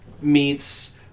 meets